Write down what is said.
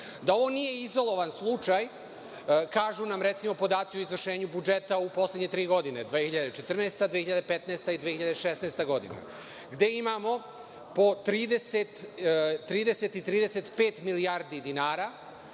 Da on nije izolovan slučaj kažu nam, recimo, podaci o izvršenju budžeta u poslednje tri godine 2014, 2015. i 2016. godina, gde imamo po 30 i 35 milijardi dinara